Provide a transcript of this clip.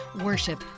Worship